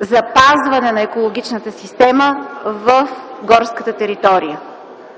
запазване на екологичната система в горската територия?